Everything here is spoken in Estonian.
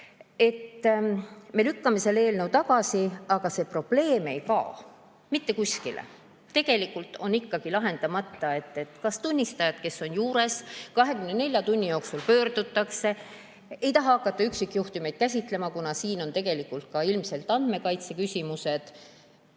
Me lükkame selle eelnõu tagasi, aga see probleem ei kao mitte kuskile. Tegelikult on ikkagi lahendamata, kas tunnistajad, kes on juures, 24 tunni jooksul pöördutakse ... Ei taha hakata üksikjuhtumeid käsitlema, kuna siin on tegelikult ka ilmselt andmekaitse küsimused.